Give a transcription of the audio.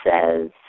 says